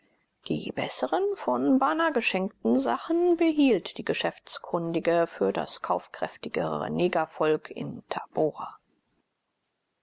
die besseren vom bana geschenkten sachen behielt die geschäftskundige für das kaufkräftigere negervolk in tabora